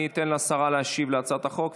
אני אתן לשרה להשיב על הצעת החוק,